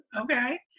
Okay